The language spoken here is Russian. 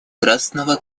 красного